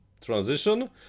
transition